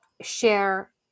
share